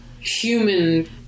human